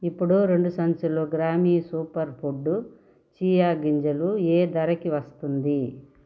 ఇప్పుడు రెండు సంచులు గ్రామి సూపర్ ఫుడ్ చియా గింజలు యే ధరకి వస్తుంది